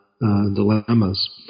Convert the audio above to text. dilemmas